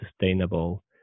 sustainable